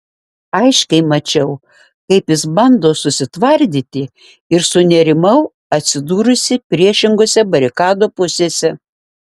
aiškiai mačiau kaip jis bando susitvardyti ir sunerimau atsidūrusi priešingose barikadų pusėse